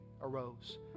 arose